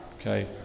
okay